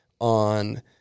on